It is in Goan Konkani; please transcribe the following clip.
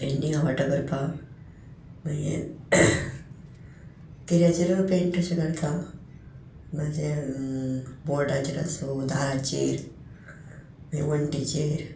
पेंटींग आवडटा करपाक मागी किऱ्याचेरूय पेंट अशें करता म्हाजे बोर्डाचेर आसूं दाराचेर मागीर वणटीचेर